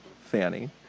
Fanny